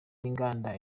n’inganda